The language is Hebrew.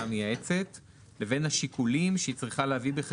מבחינת עמדת הממשלה, כפי שאני הבנתי אותה,